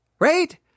Right